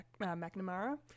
McNamara